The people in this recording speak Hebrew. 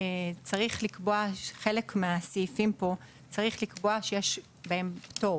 צריך לקבוע בחלק מהסעיפים פה שיש בהם פטור,